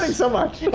and so much?